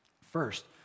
First